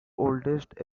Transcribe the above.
oldest